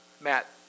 Matt